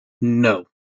No